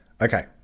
Okay